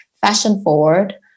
fashion-forward